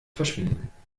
verschwinden